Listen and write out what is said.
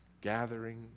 Gathering